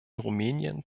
rumänien